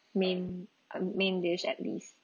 main a main dish at least